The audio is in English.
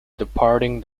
departing